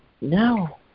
No